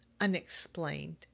unexplained